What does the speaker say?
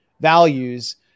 values